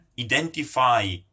identify